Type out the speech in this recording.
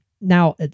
Now